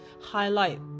highlight